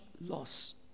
loss